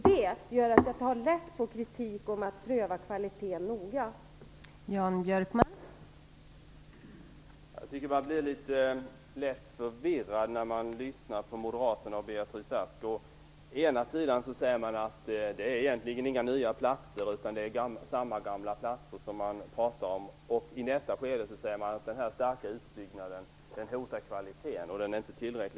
Det gör att jag tar lätt på kritik om att man noga skall pröva kvaliteten.